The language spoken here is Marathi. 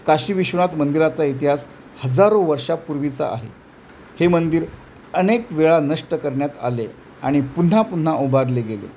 काशी विश्वनाथ मंदिराचा इतिहास हजारो वर्षापूर्वीचा आहे हे मंदिर अनेक वेळा नष्ट करण्यात आले आणि पुन्हा पुन्हा उभारले गेले